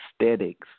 aesthetics